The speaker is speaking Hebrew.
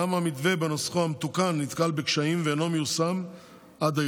גם המתווה בנוסחו המתוקן נתקל בקשיים ואינו מיושם עד היום,